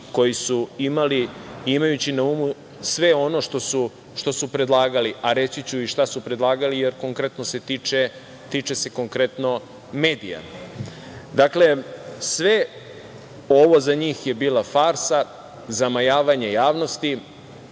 koji su imali imajući na umu sve ono što su predlagali, a reći ću i šta su predlagali, jer, konkretno se tiče medija. Sve ovo za njih je bila farsa, zamajavanje javnosti,